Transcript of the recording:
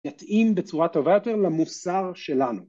‫יתאים בצורה טובה יותר למוסר של